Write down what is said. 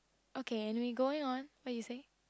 okay anyway going on what you say